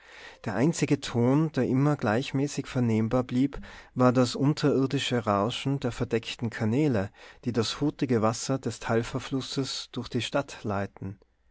der einzige ton der immer gleichmäßig vernehmbar blieb war das unterirdische rauschen der verdeckten kanäle die das hurtige wasser des talferflusses durch die stadt leiten